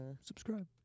subscribe